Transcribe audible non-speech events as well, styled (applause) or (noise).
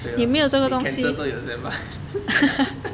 对咯你 cancer 都用 Zambuk (laughs)